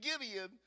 Gideon